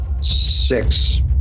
Six